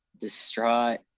distraught